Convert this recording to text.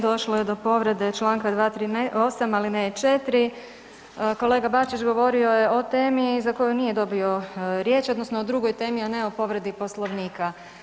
Došlo je do povrede članka 238. alineje 4. Kolega Bačić govorio je o temi za koju nije dobio riječ odnosno o drugoj temi, a ne o povredi Poslovnika.